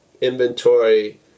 inventory